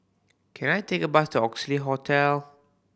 can I take a bus to Oxley Hotel